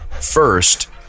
First